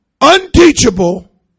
unteachable